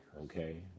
okay